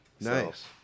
Nice